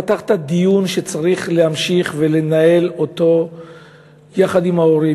פתחת דיון שצריך להמשיך ולנהל אותו יחד עם ההורים,